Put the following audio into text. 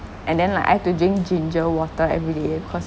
and then like I've to drink ginger water every day because